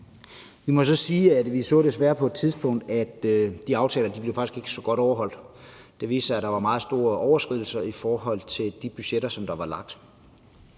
Vi må så sige, at vi desværre på et tidspunkt så, at de aftaler faktisk ikke blev overholdt så godt. Det viste sig, at der var meget store overskridelser i forhold til de budgetter, der var lagt.